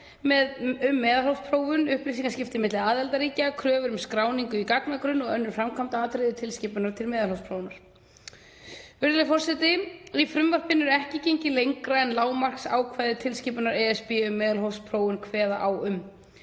um meðalhófsprófun, upplýsingaskipti milli aðildarríkja, kröfur um skráningu í gagnagrunn og önnur framkvæmdaratriði tilskipunar um meðalhófsprófun. Virðulegur forseti. Í frumvarpinu er ekki gengið lengra en lágmarksákvæði tilskipunar ESB um meðalhófsprófun kveða á um.